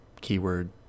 keyword